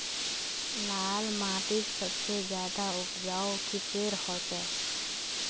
लाल माटित सबसे ज्यादा उपजाऊ किसेर होचए?